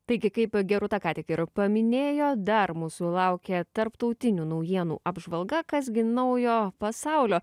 taigi kaip gerūta ką tik ir paminėjo dar mūsų laukia tarptautinių naujienų apžvalga kas gi naujo pasaulio